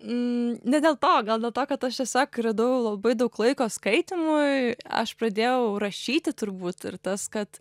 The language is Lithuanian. ne dėl to gal dėl to kad aš tiesiog radau labai daug laiko skaitymui aš pradėjau rašyti turbūt ir tas kad